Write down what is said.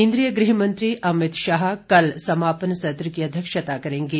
केन्द्रीय गृहमंत्री अभित शाह कल समापन सत्र की अध्यक्षता करेंगे